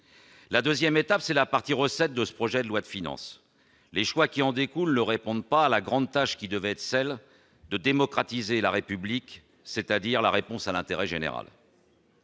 La deuxième étape, c'est la partie « recettes » de ce projet de loi de finances. Les choix qui en découlent ne répondent pas à la grande tâche qui devrait être celle de démocratiser la République, c'est-à-dire la réponse à l'intérêt général.